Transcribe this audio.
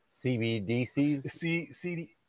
CBDCs